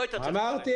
אמרתי